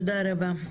תודה רבה.